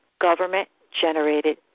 government-generated